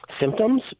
symptoms